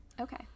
Okay